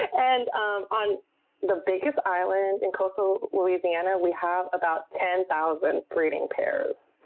and um on the biggest island in costal louisiana, we have about ten thousand breeding pairs.